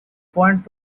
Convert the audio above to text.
point